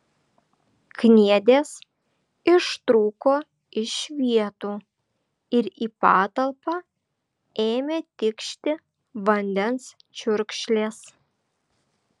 kniedės ištrūko iš vietų ir į patalpą ėmė tikšti vandens čiurkšlės